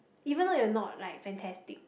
even though they are not like fantastic